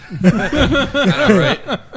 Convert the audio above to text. right